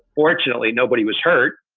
fortunately, nobody was hurt.